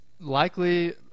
likely